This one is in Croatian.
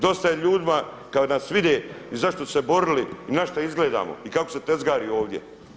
Dosta je ljudima kada nas vide i za šta su se borili i na šta izgledamo i kako se tezgari ovdje.